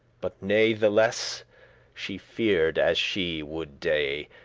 but natheless she fear'd as she would dey